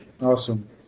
Awesome